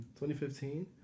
2015